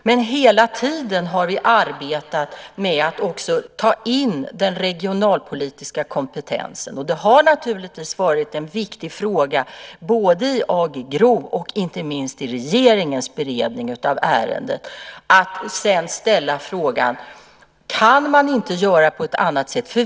Men hela tiden har vi arbetat med att också ta in den regionalpolitiska kompetensen. Det har naturligtvis varit viktigt både i AG GRO och, inte minst, i regeringens beredning av ärendet att sedan ställa frågan om man inte kan göra på annat sätt.